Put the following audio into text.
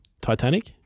Titanic